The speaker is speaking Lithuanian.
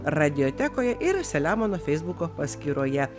radiotekoje yra selemono feisbuko paskyroje